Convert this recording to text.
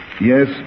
Yes